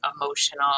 emotional